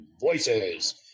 VOICES